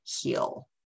heal